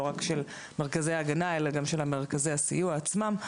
לא רק של מרכזי ההגנה אלא גם של מרכזי הסיוע עצמם,